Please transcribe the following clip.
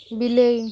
ବିଲେଇ